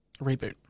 Reboot